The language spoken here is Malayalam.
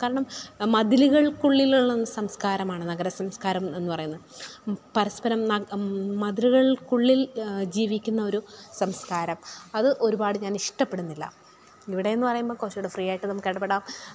കാരണം മതിലുകൾക്കുള്ളിലുള്ള സംസ്കാരമാണ് നഗര സംസ്ക്കാരം എന്ന് പറയുന്നത് പരസ്പ്പരം മതിലുകൾക്കുള്ളിൽ ജീവിക്കുന്ന ഒരു സംസ്കാരം അത് ഒരുപാട് ഞാൻ ഇഷ്ടപ്പെടുന്നില്ല ഇവിടെയെന്ന് പറയുമ്പം കുറച്ചൂടെ ഫ്രീയായിട്ട് നമുക്കിടപെടാം